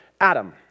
Adam